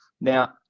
Now